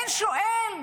אין שואל.